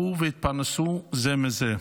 לכו והתפרנסו זה מזה.